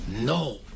no